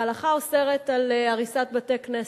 ההלכה אוסרת הריסת בתי-כנסת.